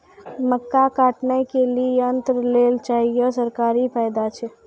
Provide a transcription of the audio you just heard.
मक्का काटने के लिए यंत्र लेल चाहिए सरकारी फायदा छ?